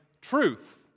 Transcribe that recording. truth